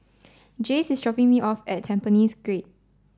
Jayce is dropping me off at Tampines Grande